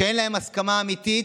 שאין להם הסכמה אמיתית,